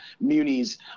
munis